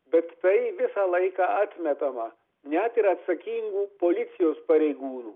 bet tai visą laiką atmetama net ir atsakingų policijos pareigūnų